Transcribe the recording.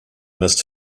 missed